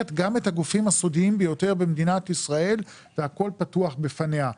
גם את הגופים הסודיים ביותר במדינת ישראל והכול פתוח בפניה.